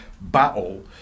battle